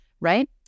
right